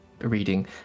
reading